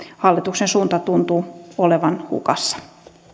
hallituksen suunta tuntuu olevan hukassa